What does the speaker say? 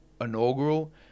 inaugural